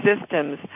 systems